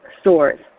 stores